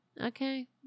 okay